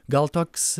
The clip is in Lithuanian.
gal toks